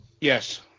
Yes